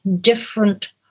different